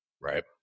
Right